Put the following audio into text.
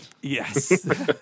Yes